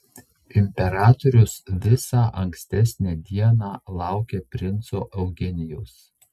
imperatorius visą ankstesnę dieną laukė princo eugenijaus